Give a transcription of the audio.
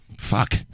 Fuck